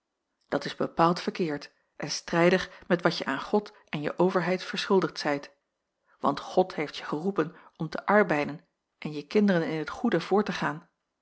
dat is bepaald verkeerd en strijdig met wat je aan god en je overheid verschuldigd zijt want god heeft je geroepen om te arbeiden en je kinderen in t goede voor te gaan